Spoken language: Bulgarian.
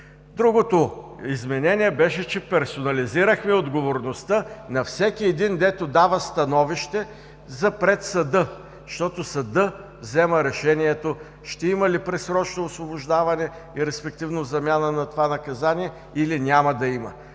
Другото изменение беше, че персонализирахме отговорността на всеки един, който дава становище за пред съда, защото съдът взема решението ще има ли предсрочно освобождаване и респективно в замяна на това наказание, или няма да има.